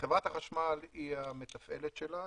חברת החשמל היא המתפעלת שלה,